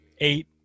eight